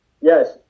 yes